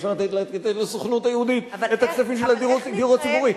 אפשר לתת לסוכנות היהודית את הכספים של הדיור הציבורי,